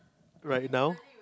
right now